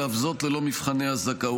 ואף זאת ללא מבחני הזכאות.